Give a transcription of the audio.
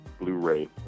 Blu-ray